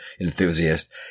enthusiast –